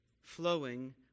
flowing